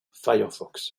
firefox